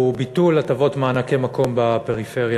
הוא ביטול הטבות מענקי מקום בפריפריה.